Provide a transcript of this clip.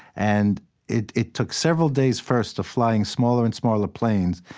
and it it took several days, first, of flying smaller and smaller planes,